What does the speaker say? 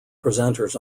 presenters